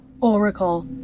Oracle